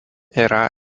yra